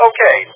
Okay